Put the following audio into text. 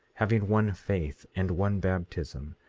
having one faith and one baptism,